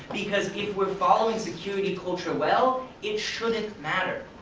because if we are following security culture well, it shouldn't matter.